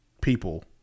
people